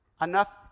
enough